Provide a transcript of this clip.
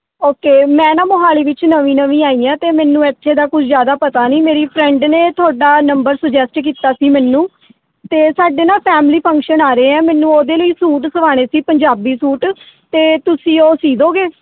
okay ਮੈਂ ਨਾ ਮੋਹਾਲੀ ਵਿੱਚ ਨਵੀਂ ਨਵੀਂ ਆਈ ਹਾਂ ਅਤੇ ਮੈਨੂੰ ਇੱਥੇ ਦਾ ਕੁਝ ਜ਼ਿਆਦਾ ਪਤਾ ਨਹੀਂ ਮੇਰੀ ਫਰੈਂਡ ਨੇ ਤੁਹਾਡਾ ਨੰਬਰ ਸੁਜੈਸਟ ਕੀਤਾ ਸੀ ਮੈਨੂੰ ਅਤੇ ਸਾਡੇ ਨਾ ਫੈਮਲੀ ਫੰਕਸ਼ਨ ਆ ਰਹੇ ਆ ਮੈਨੂੰ ਉਹਦੇ ਲਈ ਸੂਟ ਸਵਾਣੇ ਸੀ ਪੰਜਾਬੀ ਸੂਟ ਅਤੇ ਤੁਸੀਂ ਉਹ ਸੀਦੋਗੇ